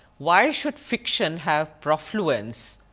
why should fiction have profluence